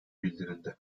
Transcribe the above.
bildirildi